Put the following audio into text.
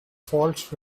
faults